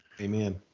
amen